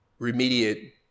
remediate